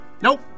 Nope